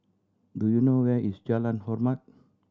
do you know where is Jalan Hormat